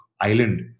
Island